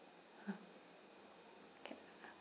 ha okay